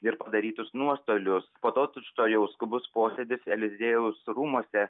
ir padarytus nuostolius po to tučtuojau skubus posėdis eliziejaus rūmuose